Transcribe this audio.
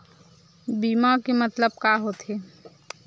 बीमा के मतलब का होथे?